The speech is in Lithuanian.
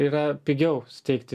yra pigiau steigti